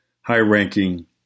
high-ranking